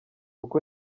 uku